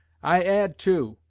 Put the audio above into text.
i add, too,